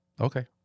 Okay